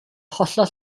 hollol